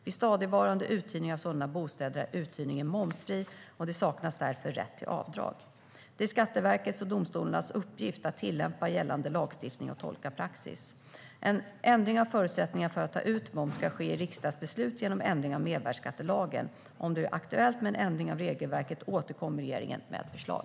Vid stadigvarande uthyrning av sådana bostäder är uthyrningen momsfri och det saknas därför rätt till avdrag. Det är Skatteverkets och domstolarnas uppgift att tillämpa gällande lagstiftning och tolka praxis. En ändring av förutsättningarna för att ta ut moms ska ske i riksdagsbeslut genom en ändring av mervärdesskattelagen. Om det blir aktuellt med en ändring av regelverket återkommer regeringen med förslag.